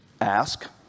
Ask